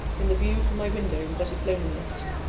when the view from my window was at its loneliest,